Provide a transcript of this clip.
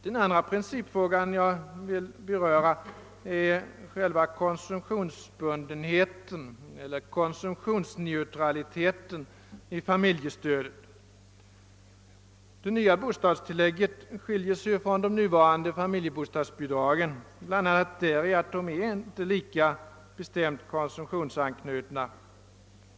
Den andra principfråga jag vill beröra är själva konsumtionsbundenheten eller konsumtionsneutraliteten i familjestödet. Det nya bostadstillägget skiljer sig från de nuvarande familjebostadsbidragen bl.a. däri, att de inte är lika bestämt konsumtionsanknutna.